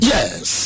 Yes